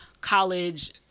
college